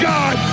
God